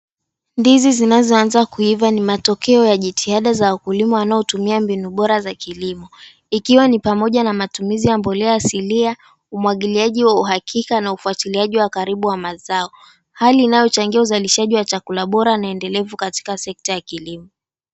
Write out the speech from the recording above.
Ndizi zinazoanza kuiva ni matokeo ya jitihada za wakulima wanaotumia mbinu bora za kilimo. Ikiwa ni pamoja na matumizi ya mbolea asilia, umwagiliaji wa uhakika, na ufuatiliaji wa karibu wa mazao. Hali inayochangia uzalishaji wa chakula bora na endelevu katika sekta ya kilimo.